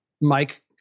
Mike